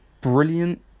brilliant